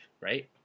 right